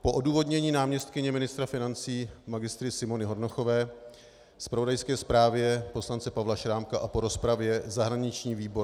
Po odůvodnění náměstkyně ministra financí Mgr. Simony Hornochové, zpravodajské zprávě poslance Pavla Šrámka a po rozpravě zahraniční výbor